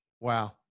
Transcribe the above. Wow